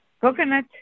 Coconut